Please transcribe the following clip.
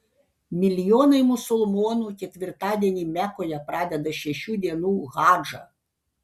milijonai musulmonų ketvirtadienį mekoje pradeda šešių dienų hadžą